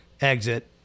exit